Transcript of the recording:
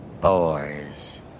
boys